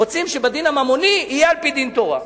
רוצים שבדין הממוני זה יהיה על-פי דין תורה.